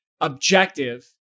objective